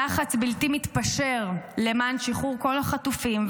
ללחץ בלתי מתפשר למען שחרור כל החטופים,